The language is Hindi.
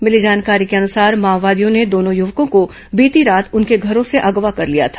मिली जानकारी के अनुसार माओवादियों ने दोनों युवकों को बीती रात उनके घरों से अगवा कर लिया था